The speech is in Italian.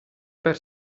per